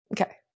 Okay